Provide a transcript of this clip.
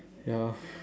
ya